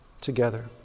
together